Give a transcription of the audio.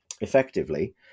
effectively